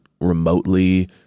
remotely